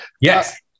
yes